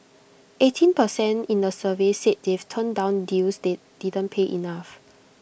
eighteen per cent in the survey said they've turned down deals that didn't pay enough